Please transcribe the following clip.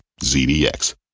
zdx